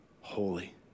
holy